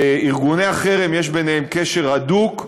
בין ארגוני החרם יש קשר הדוק,